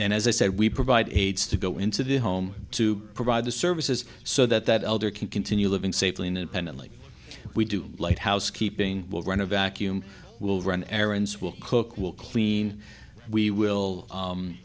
and as i said we provide aides to go into the home to provide the services so that that elder can continue living safely an infinitely we do light housekeeping will run a vacuum will run errands will cook will clean we will